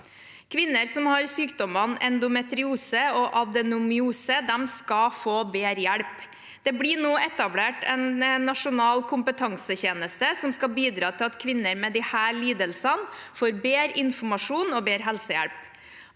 Kvinner som har sykdommene endometriose og adenomyose, skal få bedre hjelp. Det blir nå etablert en nasjonal kompetansetjeneste som skal bidra til at kvinner med disse lidelsene får bedre informasjon og bedre helsehjelp.